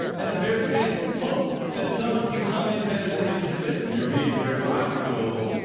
and the bears fans hope that someone can come in better than mitch to risk. you're being very logical.